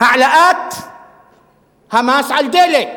העלאת המס על הדלק.